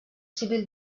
civil